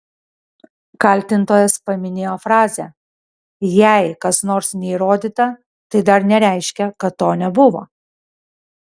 kaltintojas paminėjo frazę jei kas nors neįrodyta tai dar nereiškia kad to nebuvo